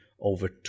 over